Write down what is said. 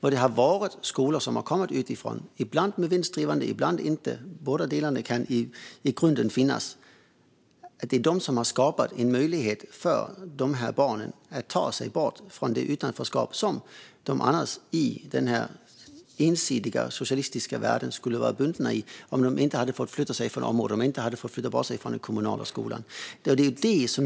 Det är de skolor som har kommit utifrån - ibland vinstdrivande, ibland inte; båda delarna kan i grunden finnas - som har skapat en möjlighet för de här barnen att ta sig bort från det utanförskap som de annars, i den här ensidiga socialistiska världen, skulle ha varit bundna till om de inte hade fått flytta sig från de områdena och inte hade fått flytta bort sig från den kommunala skolan.